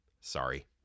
Sorry